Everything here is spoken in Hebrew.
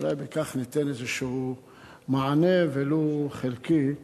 ואולי בכך ניתן איזה מענה, ולו חלקי,